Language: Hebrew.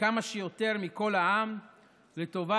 כמה שיותר מכל העם לטובת